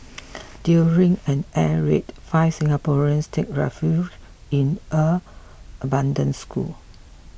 during an air raid five Singaporeans take refuge in an abandoned school